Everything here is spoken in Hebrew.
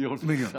מיליון אחד.